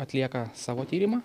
atlieka savo tyrimą